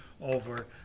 over